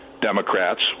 Democrats